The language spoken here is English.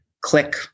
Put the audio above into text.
click